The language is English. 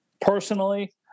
personally